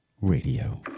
Radio